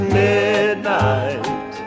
midnight